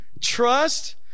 Trust